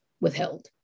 withheld